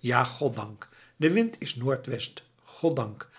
ja goddank de wind is noord-west goddank